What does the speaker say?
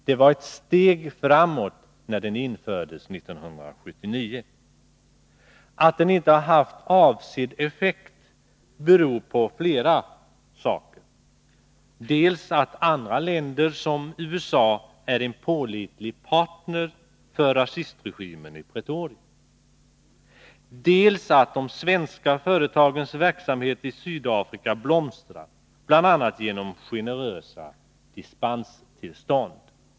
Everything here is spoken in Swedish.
Det var ett steg framåt när den infördes 1979. Att den inte haft avsedd effekt beror på flera saker. Dels är andra länder, som USA, pålitliga partner för rasistregimen i Pretoria, dels blomstrar de svenska företagens verksamhet i Sydafrika, bl.a. genom generösa dispenstillstånd.